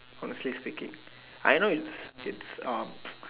honestly speaking I know it's it's um